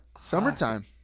Summertime